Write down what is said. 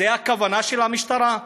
זו הכוונה של המשטרה?